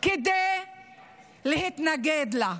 כדי להתנגד לה?